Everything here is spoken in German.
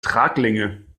traglinge